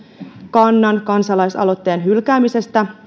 kannan kansalaisaloitteen hylkäämisestä